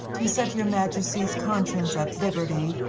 to set your majesty's conscience at liberty,